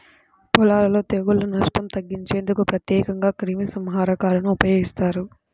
పొలాలలో తెగుళ్ల నష్టం తగ్గించేందుకు ప్రత్యేకంగా క్రిమిసంహారకాలను ఉపయోగిస్తారు